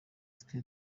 twe